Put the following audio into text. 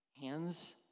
hands